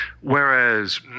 Whereas